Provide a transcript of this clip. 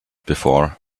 before